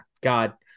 God